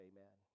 Amen